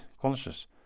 conscious